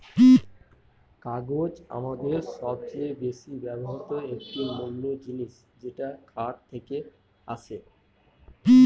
কাগজ আমাদের সবচেয়ে বেশি ব্যবহৃত একটি মূল জিনিস যেটা কাঠ থেকে আসে